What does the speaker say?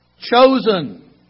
Chosen